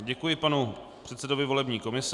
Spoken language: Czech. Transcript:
Děkuji panu předsedovi volební komise.